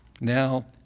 Now